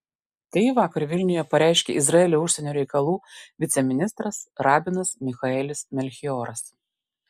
tai vakar vilniuje pareiškė izraelio užsienio reikalų viceministras rabinas michaelis melchioras